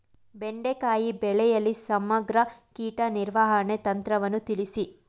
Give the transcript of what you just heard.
ಬೆಂಡೆಕಾಯಿ ಬೆಳೆಯಲ್ಲಿ ಸಮಗ್ರ ಕೀಟ ನಿರ್ವಹಣೆ ತಂತ್ರವನ್ನು ತಿಳಿಸಿ?